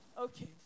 Okay